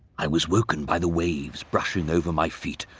i was woken by the waves brushing over my feet,